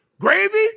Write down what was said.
Gravy